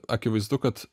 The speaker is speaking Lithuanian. akivaizdu kad